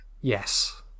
Yes